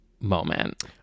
moment